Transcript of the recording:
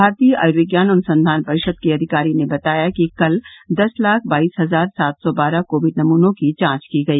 भारतीय आयुर्विज्ञान अनुसंधान परिषद के अधिकारी ने बताया कि कल दस लाख बाईस हजार सात सौ बारह कोविड नमूनों की जांच की गई